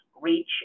reach